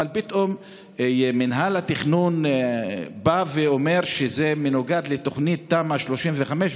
אבל פתאום מינהל התכנון בא ואומר שזה מנוגד לתוכנית תמ"א 35,